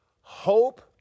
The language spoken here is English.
hope